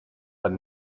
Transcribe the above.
but